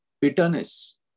bitterness